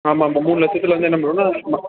ஆமாம் ஆமாம் மூணு லட்சத்துலேருந்து என்னப் பண்ணுவோம்னா